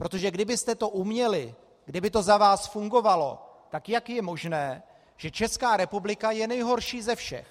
Protože kdybyste to uměli, kdyby to za vás fungovalo, tak jak je možné, že Česká republika je nejhorší ze všech?